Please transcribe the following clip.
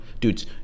dudes